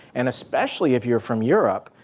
and especially if you're from europe.